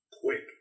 quick